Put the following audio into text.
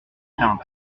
éteinte